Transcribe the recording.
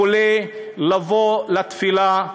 קורא לבוא לתפילה,